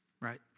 right